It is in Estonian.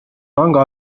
panga